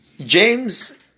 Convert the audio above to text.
james